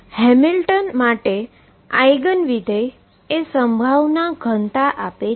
Hamilton માટે eigenfunction એ probability density આપે છે